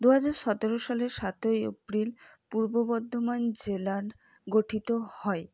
দুহাজার সতেরো সালের সাতই এপ্রিল পূর্ব বর্ধমান জেলা গঠিত হয়